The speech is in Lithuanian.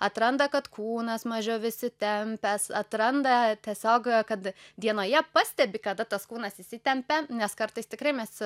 atranda kad kūnas mažiau įsitempęs atranda tiesiog kad dienoje pastebi kada tas kūnas įsitempia nes kartais tikrai mes